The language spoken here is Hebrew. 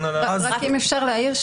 רק אם אפשר להעיר,